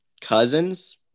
cousins